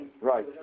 Right